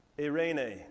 irene